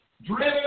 Driven